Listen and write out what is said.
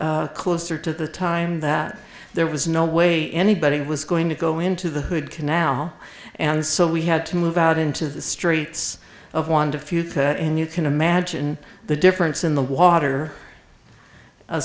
closer to the time that there was no way anybody was going to go into the hood canal and so we had to move out into the streets of one to few to and you can imagine the difference in the water